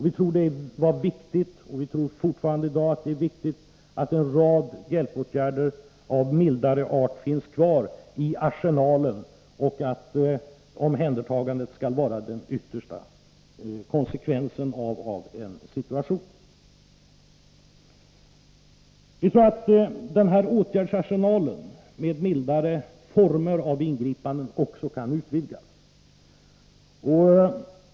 Vi tror att det var och fortfarande i dag är viktigt att en rad hjälpåtgärder av mildare art finns kvar i arsenalen och att omhändertagandet skall vara den yttersta konsekvensen av en viss situation i hemmet. Vi tror att denna åtgärdsarsenal med mildare former av ingripanden också kan utvidgas.